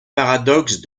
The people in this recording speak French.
paradoxe